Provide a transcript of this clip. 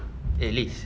eh liz